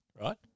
right